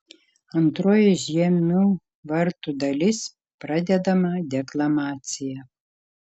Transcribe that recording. antroji žiemių vartų dalis pradedama deklamacija